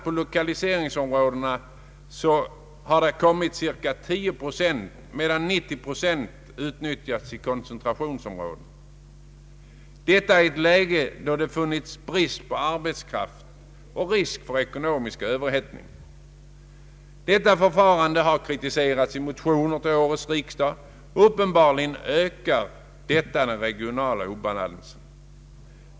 På lokaliseringsområdena har kommit cirka 10 procent, medan 90 procent utnyttjas i koncentrationsområdena, detta i ett läge då det förelegat brist på arbetskraft och risk för ekonomisk överhettning. Detta förfarande ökar onekligen den regionala obalansen, och det har kritiserats i motioner vid årets riksdag.